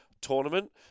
tournament